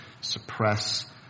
suppress